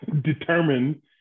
determined